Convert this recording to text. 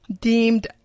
deemed